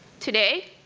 today,